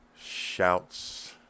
Shouts